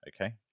Okay